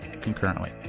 concurrently